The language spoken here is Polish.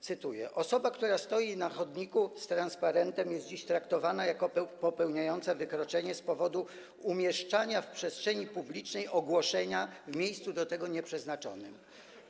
Cytuję: Osoba, która stoi na chodniku z transparentem, jest dziś traktowana jako popełniająca wykroczenie z powodu umieszczania w przestrzeni publicznej ogłoszenia w miejscu do tego nieprzeznaczonym.